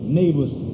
neighbors